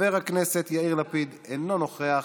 חבר הכנסת יאיר לפיד, אינו נוכח.